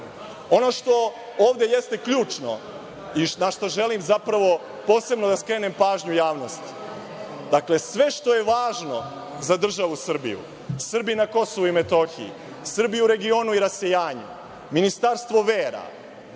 što ovde jeste ključno i na šta želim zapravo posebno da skrenem pažnju javnosti, dakle, sve što je važno za državu Srbiju, Srbi na Kosovu i Metohiji, Srbi u regionu i rasejanju, ministarstvo vera,